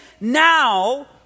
Now